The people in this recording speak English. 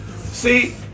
See